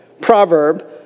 proverb